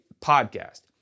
podcast